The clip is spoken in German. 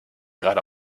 gerade